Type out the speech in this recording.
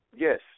Yes